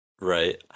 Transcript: right